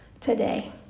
today